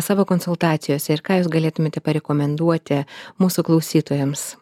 savo konsultacijose ir ką jūs galėtumėte parekomenduoti mūsų klausytojams